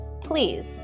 please